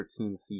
13C